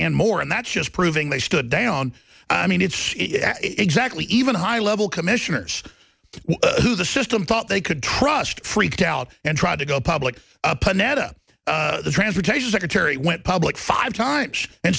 and more and that's just proving they stood down i mean it's exactly even high level commissioners who the system thought they could trust freaked out and tried to go public transportation secretary went public five times and